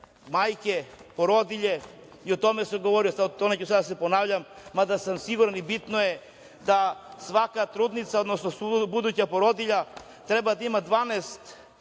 majke, porodilje. O tome sam govorio, neću sada da se ponavljam, mada sam siguran i bitno je da svaka trudnica, odnosno buduća porodilja treba da ima 12